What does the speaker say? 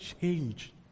change